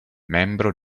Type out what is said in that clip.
membro